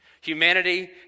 Humanity